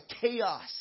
chaos